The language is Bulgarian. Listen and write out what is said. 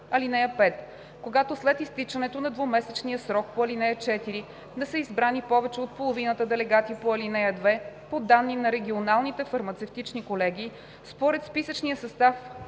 (5) Когато след изтичането на двумесечния срок по ал. 4 не са избрани повече от половината делегати по ал. 2, по данни на регионалните фармацевтични колегии според списъчния състав